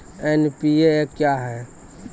NPA क्या हैं?